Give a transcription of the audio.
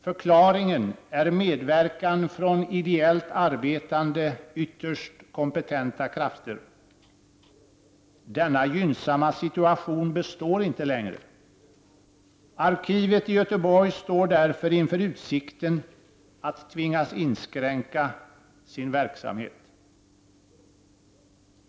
Förklaringen är medverkan från ideellt arbetande, ytterst kompetenta krafter. Denna gynnsamma situation består inte längre. Arkivet i Göteborg står därför inför utsikten att tvingas inskränka sin verksamhet.